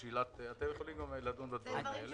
אתם יכולים גם לדון בדברים האלה.